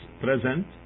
present